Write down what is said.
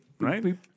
right